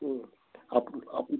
হুম